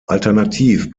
alternativ